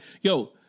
yo